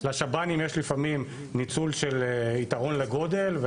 לשב"ן יש לפעמים ניצול של יתרון לגודל.